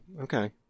okay